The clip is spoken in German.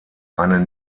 eine